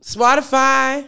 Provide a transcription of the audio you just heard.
Spotify